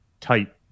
tight